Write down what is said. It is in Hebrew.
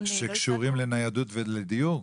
שקשורים לניידות ודיור?